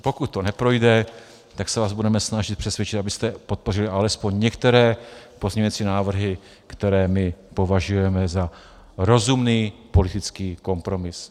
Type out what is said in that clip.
Pokud to neprojde, tak se vás budeme snažit přesvědčit, abyste podpořili alespoň některé pozměňovací návrhy, které považujeme za rozumný politický kompromis.